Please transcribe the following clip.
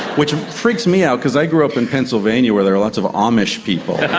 which freaks me out because i grew up in pennsylvania where there are lots of amish people.